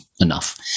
enough